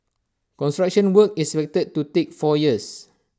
construction work is expected to take four years